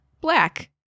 black